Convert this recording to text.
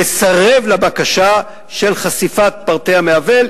לסרב לבקשה של חשיפת פרטי המעוול,